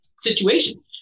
situation